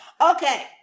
Okay